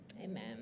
Amen